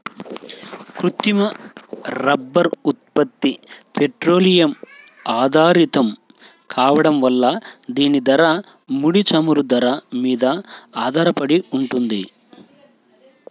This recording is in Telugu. కృత్రిమ రబ్బరు ఉత్పత్తి పెట్రోలియం ఆధారితం కావడం వల్ల దీని ధర, ముడి చమురు ధర మీద ఆధారపడి ఉంటుంది